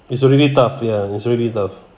it's really tough ya it's really tough